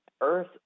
earth